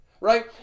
right